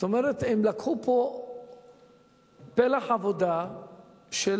זאת אומרת, הם לקחו פה פלח עבודה של